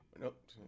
Nope